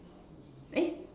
eh